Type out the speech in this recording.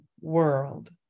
world